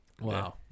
Wow